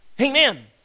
Amen